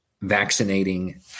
vaccinating